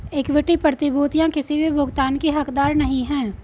equity प्रतिभूतियां किसी भी भुगतान की हकदार नहीं हैं